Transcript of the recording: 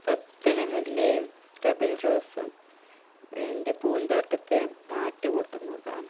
പത്തണിമുല്ലയും double റോസും എൻ്റെ പൂന്തോട്ടത്തെ മാറ്റ് കൂട്ടുന്നതാണ്